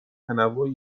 تنوعی